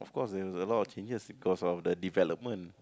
of course there was a lot of changes because of the development